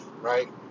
right